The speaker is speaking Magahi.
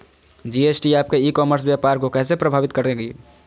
जी.एस.टी आपके ई कॉमर्स व्यापार को कैसे प्रभावित करेगी?